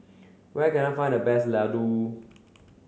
where can I find the best Laddu